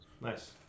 Nice